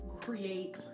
create